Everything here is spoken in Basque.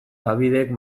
dabidek